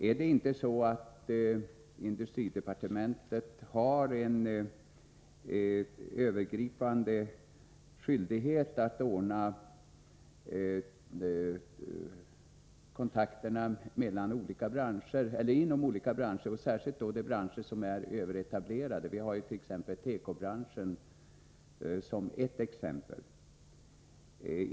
Är det så att industridepartementet har en övergripande skyldighet att ordna kontakterna inom olika branscher? Jag tänker särskilt på de branscher som är överetablerade, av vilka tekobranschen är ett exempel.